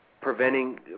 preventing